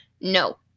No